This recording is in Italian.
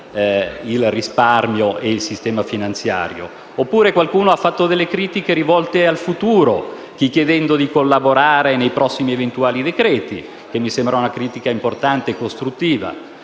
il risparmio e il sistema finanziario. Qualcun altro ha fatto delle critiche rivolte al futuro: chi chiedendo di collaborare nella stesure dei prossimi eventuali decreti-legge (che mi sembra una critica importante e costruttiva),